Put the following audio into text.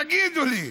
תגידו לי.